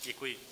Děkuji.